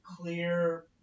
clear